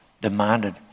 demanded